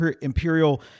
Imperial